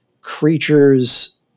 creatures